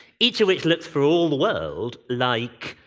each of which looks, for all the world, like